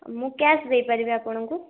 ମୁଁ କ୍ୟାସ୍ ଦେଇପାରିବି ଆପଣଙ୍କୁ